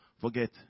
forget